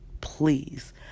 Please